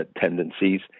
tendencies